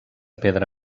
pedra